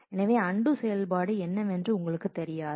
எனவே அன்டூ செயல்பாடு என்னவென்று உங்களுக்குத் தெரியாது